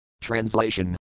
Translation